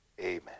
Amen